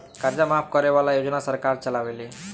कर्जा माफ करे वाला योजना सरकार चलावेले